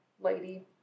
lady